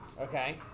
Okay